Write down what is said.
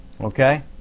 Okay